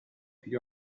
più